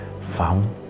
found